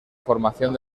formación